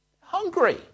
Hungry